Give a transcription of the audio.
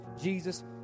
Jesus